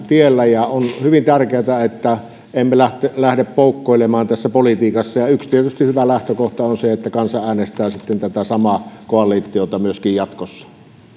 tiellä ja on hyvin tärkeätä että emme lähde poukkoilemaan tässä politiikassa yksi hyvä lähtökohta on tietysti se että kansa äänestää sitten tätä samaa koalitiota myöskin jatkossa